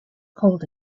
cold